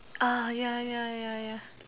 ya ya ya ya